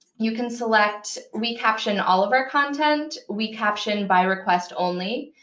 you can select we caption all of our content, we caption by request only,